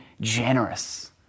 generous